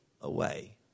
away